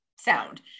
sound